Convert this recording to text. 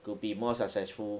to be more successful